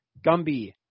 Gumby